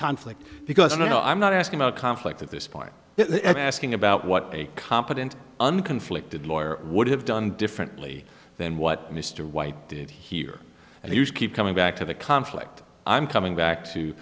conflict because i don't know i'm not asking about conflict at this point and asking about what a competent and conflicted lawyer would have done differently than what mr white did here and you should keep coming back to the conflict i'm coming back to